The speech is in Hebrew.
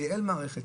לייעל מערכת,